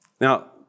Now